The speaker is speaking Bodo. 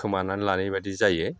खोमानानै लानाय बादि जायो